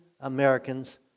Americans